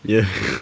ya